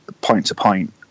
point-to-point